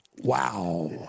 Wow